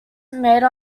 made